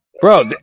bro